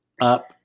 up